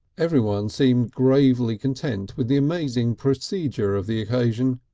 everyone seemed gravely content with the amazing procedure of the occasion.